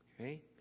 Okay